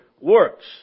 works